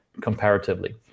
comparatively